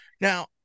Now